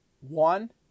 one